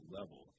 level